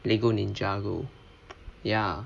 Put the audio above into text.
lego ninja go ya